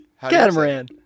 catamaran